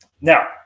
now